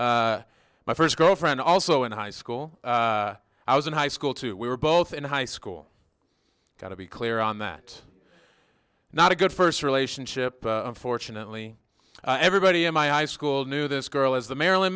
n my first girlfriend also in high school i was in high school too we were both in high school got to be clear on that not a good first relationship unfortunately everybody in my high school knew this girl is the marilyn